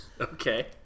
Okay